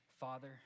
Father